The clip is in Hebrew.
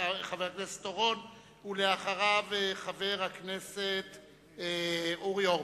חבר הכנסת אורון, ואחריו, חבר הכנסת אורי אורבך.